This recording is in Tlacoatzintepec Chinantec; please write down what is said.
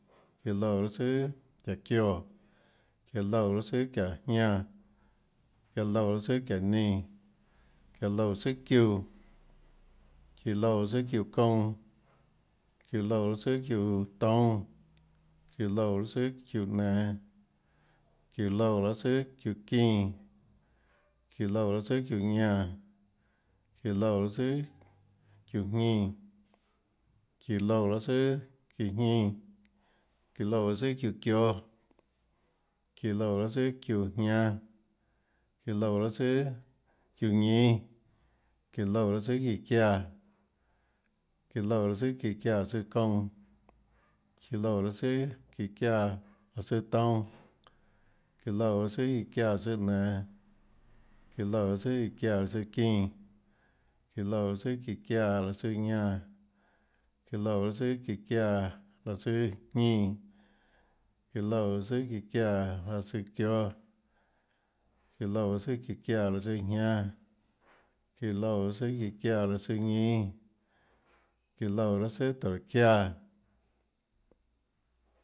Iã loúã raâ tsùà çiáhå çioè, iã loúã raâ tsùà çiáhå çiáhå jñánã, iã loúã raâ tsùà çiáhå çiáhå nínã, iã loúã tsùà çiáhå çiúã, iã loúã tsùàçiúã kounã, iã loúã tsùà çiúã toúnâ, iã loúã raâ tsùàçiúã nenå, iã loúã raâ tsùàçiúã çínã, iã loúã raâ tsùà çiúã ñánã, iã loúã raâ tsùàçiúã jñínã, iã loúã raâ tsùàçiúã jñínã, iã loúã raâ tsùàçiúã çióâ, iã loúã raâ tsùà çiúã jñánâ, iã loúã raâ tsùàçiúã ñínâ, iã loúã raâ tsùà iã çiáã, iã loúã raâ tsùà çiã çiáã tsùâ çounã iã loúã raâ tsùà çiã çiáã tsùâ toúnâ, iã loúã raâ tsùà çiã çiáã tsùâ nenã, iã loúã raâ tsùà çiã çiáã raâ tsùâ çínã, iã loúã raâ tsùà çiã çiáã raâ tsùâ ñánã, iã loúã raâ tsùà çiã çiáã raâ tsùâ jñínã, iã loúã raâ tsùà çiã çiáã raâ tsùâ çióâ, iã loúã raâ tsùà çiã çiáã raâ tsùâ jñánâ, iã loúã raâ tsùà çiã çiáã raâ tsùâ ñínâ, iã loúã raâ tsùà tóhå çiáã.